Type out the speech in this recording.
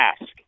ask